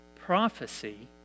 Prophecy